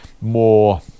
more